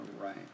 Right